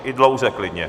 I dlouze klidně.